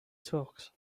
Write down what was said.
talks